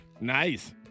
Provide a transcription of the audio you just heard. Nice